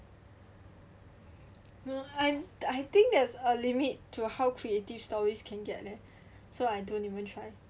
I think there's a limit to how creative stories can get leh so I don't even try